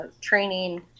training